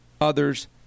others